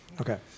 Okay